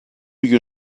you